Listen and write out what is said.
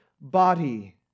body